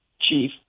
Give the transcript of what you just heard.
chief